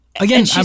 Again